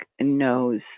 knows